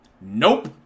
Nope